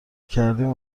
کردیم